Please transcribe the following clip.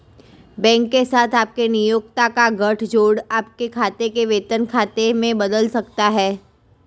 bank के साथ आपके नियोक्ता का गठजोड़ आपके खाते को वेतन खाते में बदल सकता है